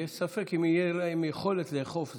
כי יש ספק אם תהיה להם יכולת לאכוף,